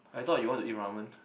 I thought you want to eat ramen